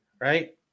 Right